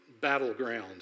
Battleground